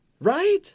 Right